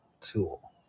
tool